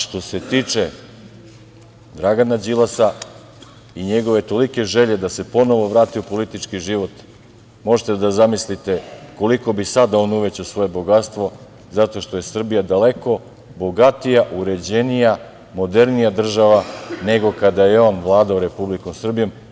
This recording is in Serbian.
Što se tiče Dragana Đilasa i njegove tolike želje da se ponovo vrati u politički život, možete da zamislite koliko bi sada on uvećao svoje bogatstvo zato što je Srbija daleko bogatija, uređenija, modernija država nego kada je on vladao Republikom Srbijom.